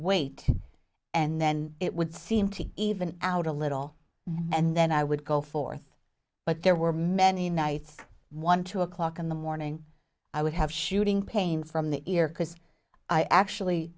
wait and then it would seem to even out a little and then i would go forth but there were many nights one two o'clock in the morning i would have shooting pains from the ear because i actually